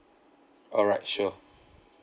alright sure